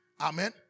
Amen